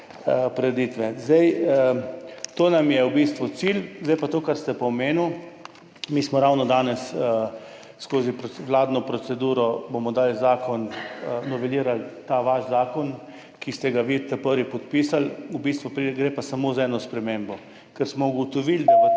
prireditve. To nam je v bistvu cilj. Zdaj pa to, kar ste omenili. Mi smo ravno danes skozi vladno proceduro dali zakon, novelirali ta vaš zakon, ki ste ga vi prvi podpisali, v bistvu gre pa samo za eno spremembo. Ker smo ugotovili, da v